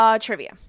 Trivia